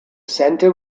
center